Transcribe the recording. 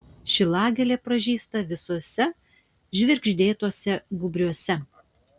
šilagėlė pražysta visuose žvirgždėtuose gūbriuose